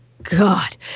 God